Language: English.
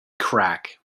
crack